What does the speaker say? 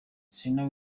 serena